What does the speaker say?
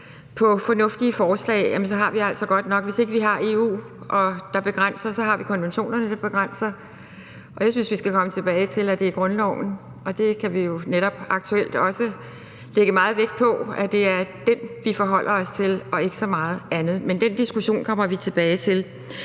med fornuftige forslag; hvis ikke vi har EU, der sætter begrænsninger, så har vi konventionerne, der sætter begrænsninger. Og jeg synes, at vi skal komme tilbage til, at det er grundloven, vi forholder os til. Det kan vi jo netop aktuelt også lægge meget vægt på, altså at det er den, vi forholder os til, og ikke så meget andet. Men den diskussion kommer vi tilbage til.